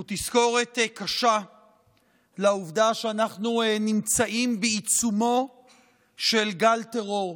הוא תזכורת קשה לעובדה שאנחנו נמצאים בעיצומו של גל טרור,